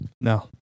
No